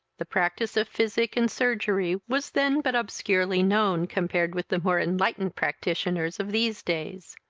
the practice of physic and surgery was then but obscurely known, compared with the more enlightened practioners of these days.